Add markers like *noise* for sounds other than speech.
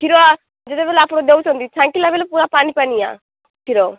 କ୍ଷୀର ଯେତେବେଳେ ଆପଣ ଦେଉଛନ୍ତି *unintelligible* ପୂରା ପାଣି ପାଣିଆ କ୍ଷୀର